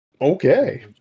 Okay